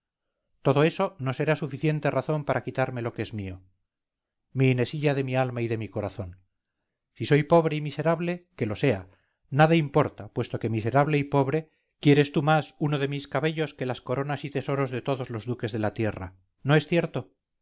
todo eso no será suficiente razón para quitarme lo que es mío mi inesilla de mi alma y de mi corazón si soy pobre y miserable que lo sea nada importa puesto que miserable y pobre quieres tú más uno de mis cabellos que las coronas y tesoros de todos los duques de la tierra no es cierto